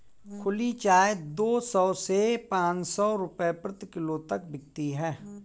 खुली चाय दो सौ से पांच सौ रूपये प्रति किलो तक बिकती है